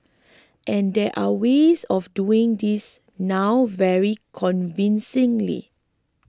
and there are ways of doing this now very convincingly